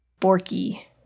Forky